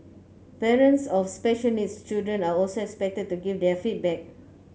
parents of special needs children are also expected to give their feedback